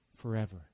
Forever